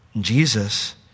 Jesus